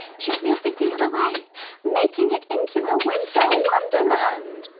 jump your feet the other way making it in to a winter wonderland.